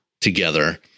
together